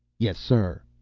yes, sir.